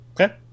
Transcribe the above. Okay